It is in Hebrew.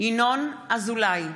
ינון אזולאי,